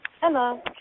Hello